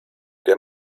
der